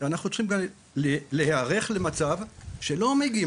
שאנחנו צריכים להיערך למצב שלא מגיעים